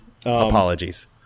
Apologies